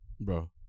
Bro